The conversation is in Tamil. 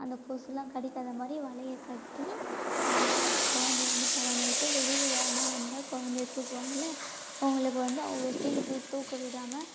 அந்த கொசுவெலாம் கடிக்காத மாதிரி வலையை கட்டி கொழந்தைய வந்து பராமரிப்பேன் வெளியில் யாருனா வந்தால் கொழந்தைய தூக்குவாங்கள அவங்களுக்கு வந்து அவ்வளோ சீக்கிரத்தில் தூக்க விடாமல்